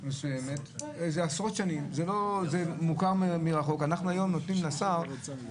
האמת שאנחנו יכולים לסיים את כל הפרק,